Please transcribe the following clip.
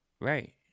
Right